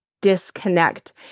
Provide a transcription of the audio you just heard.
disconnect